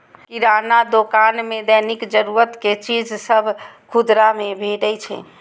किराना दोकान मे दैनिक जरूरत के चीज सभ खुदरा मे भेटै छै